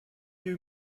you